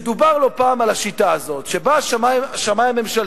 ודובר לא פעם על השיטה הזאת, שבא השמאי הממשלתי,